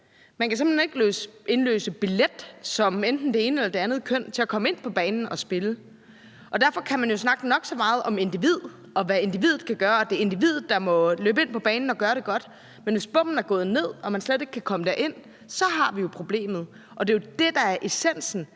Man kan simpelt hen ikke indløse billet som enten det ene eller det andet køn til at komme ind på banen og spille. Derfor kan man jo snakke nok så meget om individ og om, hvad individet kan gøre, og at det er individet, der må løbe ind på banen og gøre det godt, men hvis bommen er gået ned og man slet ikke kan komme derind, så har vi problemet. Det er jo det, der er essensen